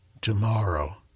Tomorrow